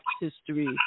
history